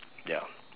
ya